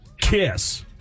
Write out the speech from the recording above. KISS